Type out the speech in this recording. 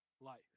life